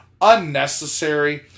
unnecessary